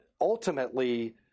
ultimately